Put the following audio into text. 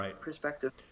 perspective